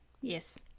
yes